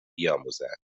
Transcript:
بیاموزند